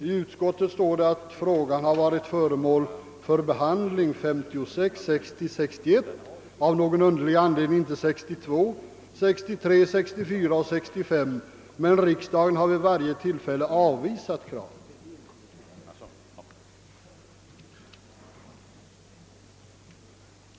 I utskottsutlåtandet står det emellertid att frågan har varit föremål för behandling 1956, 1960, 1961 — av någon underlig anledning inte år 1962—1963, 1964 och 1965 men att riksdagen vid varje tillfälle avvisat kraven.